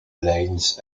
lanes